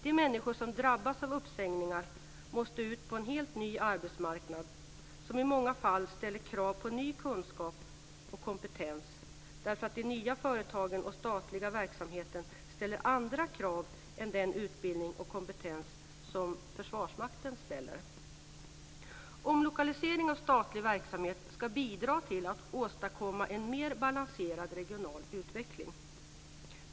De människor som drabbas av uppsägningar måste ut på en helt ny arbetsmarknad som i många fall ställer krav på ny kunskap och kompetens, därför att de nya företagen och den statliga verksamheten ställer andra krav på utbildning och kompetens än Försvarsmakten. Omlokalisering av statlig verksamhet ska bidra till att åstadkomma en mer balanserad regional utveckling.